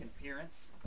appearance